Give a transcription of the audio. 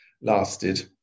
lasted